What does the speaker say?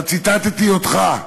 אבל ציטטתי אותך.